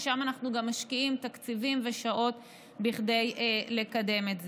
ששם אנחנו גם משקיעים תקציבים ושעות כדי לקדם את זה.